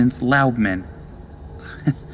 Loudman